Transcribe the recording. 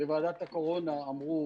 בוועדת הקורונה אמרו